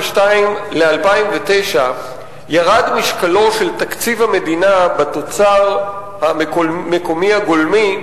ו-2009 ירד משקלו של תקציב המדינה בתוצר המקומי הגולמי